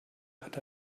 hat